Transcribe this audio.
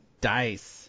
Dice